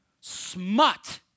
smut